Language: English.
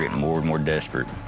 more and more desperate.